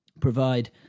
provide